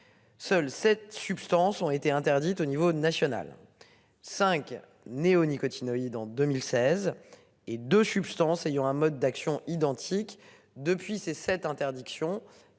Seules sept substances ont été interdites au niveau national. 5 néonicotinoïde en 2016 et 2 substances ayant un mode d'action identiques. Depuis, c'est cette interdiction.